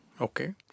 okay